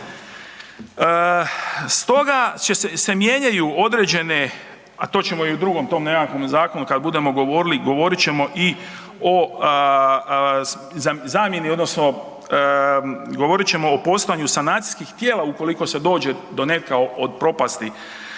Stoga se mijenjaju određene, a to ćemo i u tom drugom nekakvom zakonu kada budemo govorili govorit ćemo i o zamjeni odnosno govorit ćemo o postojanju sanacijskih tijela ukoliko se dođe do nekakve propasti